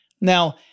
Now